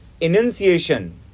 enunciation